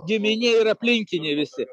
giminė ir aplinkiniai visi